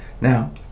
Now